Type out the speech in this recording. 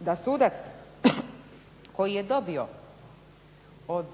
da sudac koji je dobio od